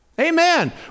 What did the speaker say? Amen